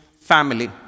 family